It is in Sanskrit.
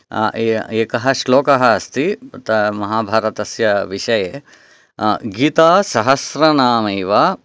एकः श्लोकः अस्ति महाभारतस्य विषये गीतासहस्रनामैव